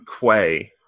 Quay